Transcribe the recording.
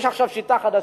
יש עכשיו שיטה חדשה,